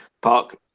Park